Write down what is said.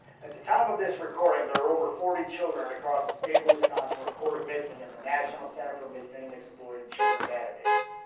at the time of this recording, there are over forty children and across the state of wisconsin reported missing in and the national center for missing and exploited children database.